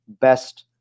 best